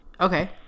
Okay